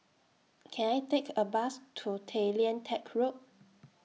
Can I Take A Bus to Tay Lian Teck Road